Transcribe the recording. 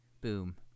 Boom